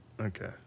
Okay